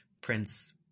Prince